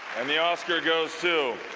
and the oscar goes to.